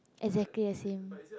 exactly as in